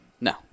No